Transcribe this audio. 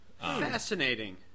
fascinating